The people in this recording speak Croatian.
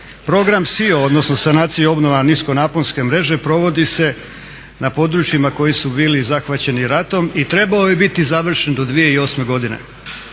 program SIO, odnosno sanacija i obnova nisko naponske mreže provodi se na područjima koji su bili zahvaćeni ratom i trebao je biti završen do 2008. godine.